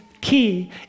key